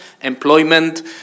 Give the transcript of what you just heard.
employment